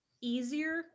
easier